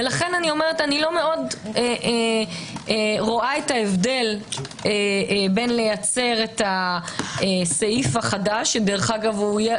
לכן אני לא מאוד רואה את ההבדל בין לייצר את הסעיף החדש שיהיה